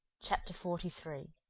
chapter forty three